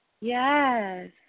Yes